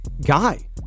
guy